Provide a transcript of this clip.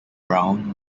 brown